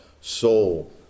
soul